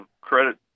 credit